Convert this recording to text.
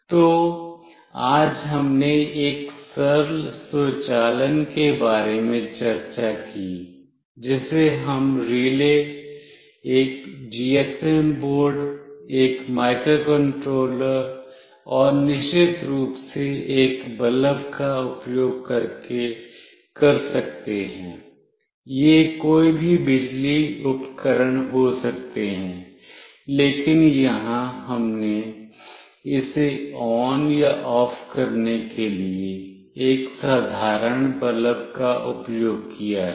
तो आज हमने एक सरल स्वचालन के बारे में चर्चा की जिसे हम रिले एक जीएसएम बोर्ड एक माइक्रोकंट्रोलर और निश्चित रूप से एक बल्ब का उपयोग करके कर सकते हैं यह कोई भी बिजली उपकरण हो सकते हैं लेकिन यहां हमने इसे ON या OFF करने के लिए एक साधारण बल्ब का उपयोग किया है